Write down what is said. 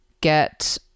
get